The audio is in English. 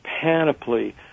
panoply